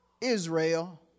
Israel